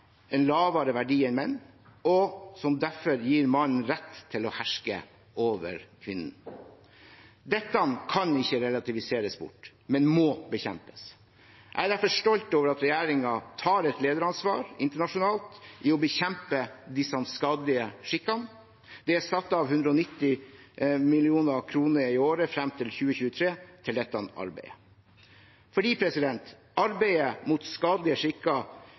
en lavere verdi enn menn, og som derfor gir mannen rett til å herske over kvinnen. Dette kan ikke relativiseres bort, men må bekjempes. Jeg er derfor stolt over at regjeringen tar et lederansvar internasjonalt i å bekjempe disse skadelige skikkene. Det er satt av 190 mill. kr i året fram til 2023 til dette arbeidet. Arbeidet mot skadelige skikker